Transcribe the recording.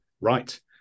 right